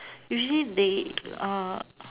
usually they uh